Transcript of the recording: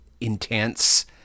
intense